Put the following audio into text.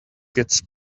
gets